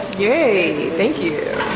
yay, thank you.